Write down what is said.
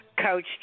Coach